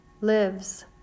lives